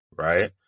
right